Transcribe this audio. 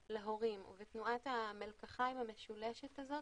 להורים, ותנועת המלקחיים המשולשת הזאת,